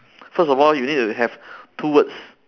first of all you need to have two words